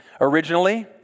originally